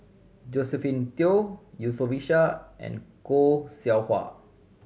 Josephine Teo Yusof Ishak and Khoo Seow Hwa